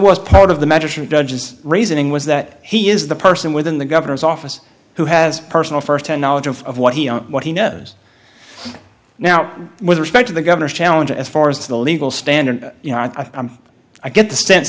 judge's reasoning was that he is the person within the governor's office who has personal first hand knowledge of what he what he knows now with respect to the governor's challenge as far as the legal standard you know i think i get the sense